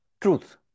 Truth